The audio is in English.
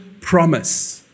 promise